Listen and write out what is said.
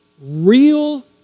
real